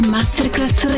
Masterclass